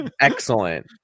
Excellent